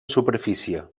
superfície